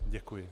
Děkuji.